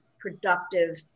productive